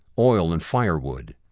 oil, and firewood.